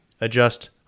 adjust